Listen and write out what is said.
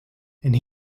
and